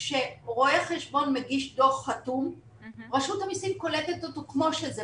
כשרואה חשבון מגיש דוח חתום רשות המסים קולטת אותו כמו שזה,